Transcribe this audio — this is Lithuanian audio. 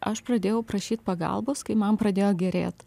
aš pradėjau prašyt pagalbos kai man pradėjo gerėt